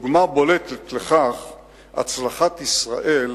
דוגמה בולטת לכך היא הצלחת ישראל